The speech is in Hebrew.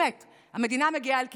שהמדינה מגיעה אל קיצה,